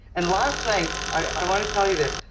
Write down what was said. and last night i want to tell you this,